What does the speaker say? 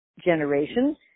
generation